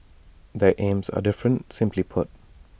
their aims are different simply put